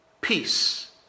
peace